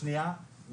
עכשיו --- שנייה,